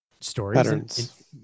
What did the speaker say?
stories